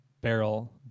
Barrel